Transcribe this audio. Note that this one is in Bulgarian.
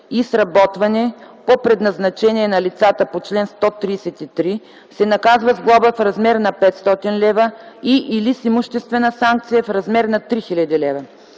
и сработване по предназначение на лицата по чл. 133, се наказва с глоба в размер на 500 лв. и/или с имуществена санкция в размер на 3000 лв.